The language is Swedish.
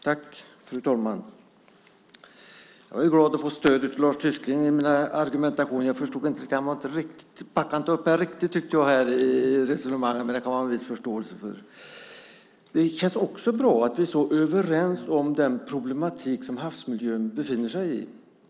Fru talman! Jag är glad över att få stöd av Lars Tysklind i min argumentation. Han backade inte upp mig riktigt i sitt resonemang, men det kan man ha viss förståelse för. Det känns också bra att vi är överens om den problematiska situation som havsmiljön befinner sig i.